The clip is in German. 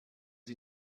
sie